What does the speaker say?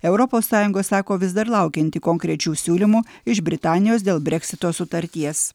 europos sąjunga sako vis dar laukianti konkrečių siūlymų iš britanijos dėl breksito sutarties